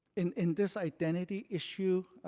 in in this identity issue,